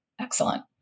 Excellent